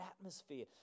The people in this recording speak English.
atmosphere